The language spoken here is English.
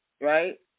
right